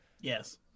Yes